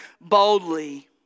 boldly